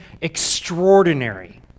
extraordinary